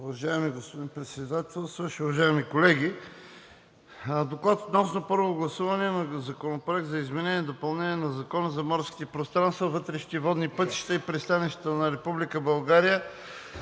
Уважаеми господин Председател, уважаеми колеги! „ДОКЛАД за първо гласуване относно първо гласуване на Законопроект за изменение и допълнение на Закона за морските пространства, вътрешните водни пътища и пристанищата на Република България,